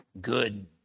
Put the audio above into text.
good